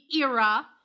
era